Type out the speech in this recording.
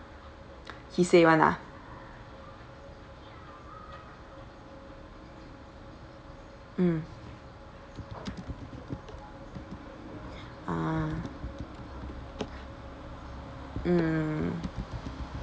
he say [one] ah mm ah mm